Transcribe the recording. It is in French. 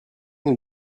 nous